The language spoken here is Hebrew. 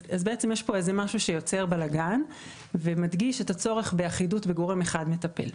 יש כאן איזה משהו שיוצר בלגן ומדגיש את הצורך באחידות ובגורם אחד מטפל.